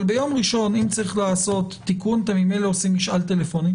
אבל ביום ראשון אם צריך לעשות תיקון אתם ממילא עושים משאל טלפוני,